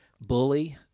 bully